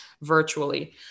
virtually